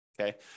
Okay